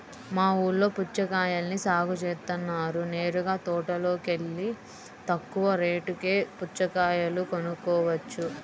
మా ఊల్లో పుచ్చకాయల్ని సాగు జేత్తన్నారు నేరుగా తోటలోకెల్లి తక్కువ రేటుకే పుచ్చకాయలు కొనుక్కోవచ్చు